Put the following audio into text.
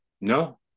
no